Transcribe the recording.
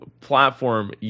platform